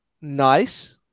nice